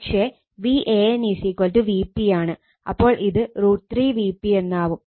പക്ഷെ Van Vp ആണ് അപ്പോൾ ഇത് √ 3 Vp എന്നാവും